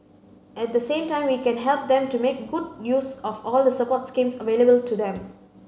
at the same time we can help them to make good use of all the support schemes available to them